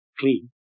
clean